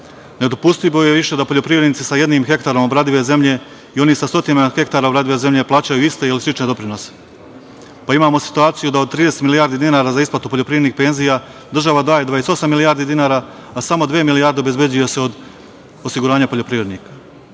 Nedopustivo je više da poljoprivrednici sa jednim hektarom obradive zemlje i oni sa stotinama hektara obradive zemlje plaćaju iste ili slične doprinose. Pa imamo situaciju da od 30 milijardi dinara za isplatu poljoprivrednih penzija, država daje 28 milijardi dinara, a samo dve milijarde obezbeđuju se od osiguranja poljoprivrednika. Pored